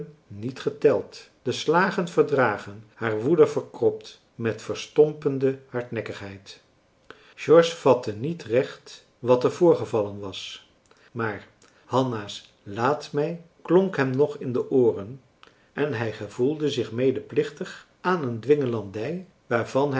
niet geteld de slagen verdragen haar woede verkropt met verstompende hardnekkigheid george vatte niet recht wat er voorgevallen was maar hanna's laat mij klonk hem nog in de ooren en hij gevoelde zich medeplichtig aan een dwingelandij waarvan